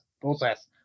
process